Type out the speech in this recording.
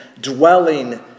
dwelling